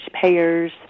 payers